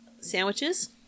sandwiches